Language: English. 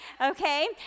okay